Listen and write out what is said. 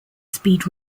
speed